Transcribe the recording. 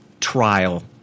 trial